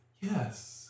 yes